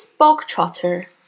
bog-trotter